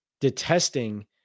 detesting